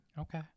Okay